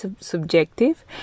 subjective